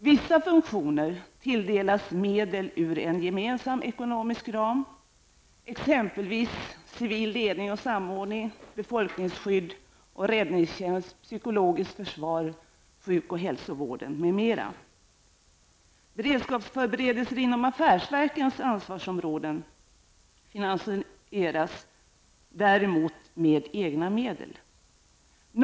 Vissa funktioner tilldelas medel ur en gemensam ekonomisk planeringsram, exempelvis Civil ledning och samordning, Beredskapsförberedelser inom affärsverkens ansvarsområden finansieras däremot med egna medel.